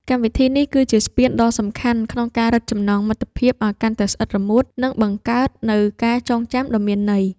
កម្មវិធីនេះគឺជាស្ពានដ៏សំខាន់ក្នុងការរឹតចំណងមិត្តភាពឱ្យកាន់តែស្អិតរមួត និងបង្កើតនូវការចងចាំដ៏មានន័យ។